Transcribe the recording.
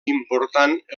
important